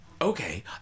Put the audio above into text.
Okay